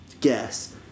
guess